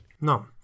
No